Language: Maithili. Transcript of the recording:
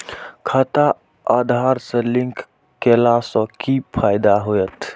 खाता आधार से लिंक केला से कि फायदा होयत?